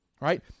right